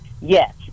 Yes